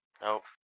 Nope